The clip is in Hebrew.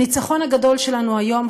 הניצחון הגדול שלנו היום,